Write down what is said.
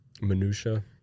Minutia